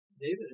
David